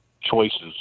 choices